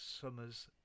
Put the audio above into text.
summer's